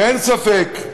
אין ספק,